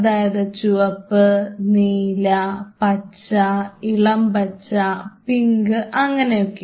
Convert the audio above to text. അതായത് ചുവപ്പ് നീല പച്ച ഇളംപച്ച പിങ്ക് അങ്ങനെയൊക്കെ